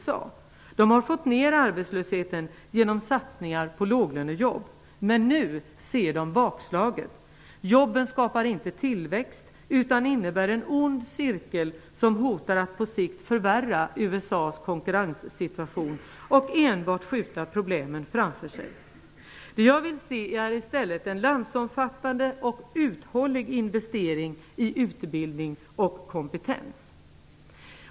Man har där fått ner arbetslösheten genom satsningar på låglönejobb, men nu ser man bakslaget. Jobben skapar inte tillväxt utan innebär en ond cirkel, som hotar att på sikt förvärra USA:s konkurrenssituation och enbart skjuta problemen framför sig. Det jag vill se är en landsomfattande och uthållig investering i utbildning och kompetens.